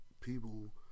People